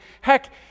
heck